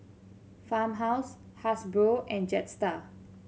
Farmhouse Hasbro and Jetstar